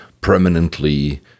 permanently